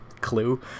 clue